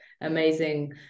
amazing